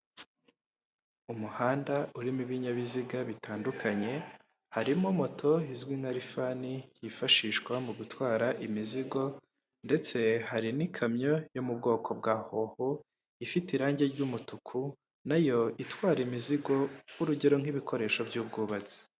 Umuhanda urimo ibinyabiziga bitandukanye harimo moto izwi nka rifani yifashishwa mu gutwara imizigo ndetse hari n'ikamyo yo mu bwoko bwa hoho ifite irangi ry'umutuku nayo itwara imizigo urugero, nk'ibikoresho by'ubwubatsi.